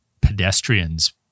pedestrians